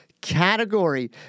category